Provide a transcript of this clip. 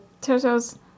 turtles